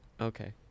Okay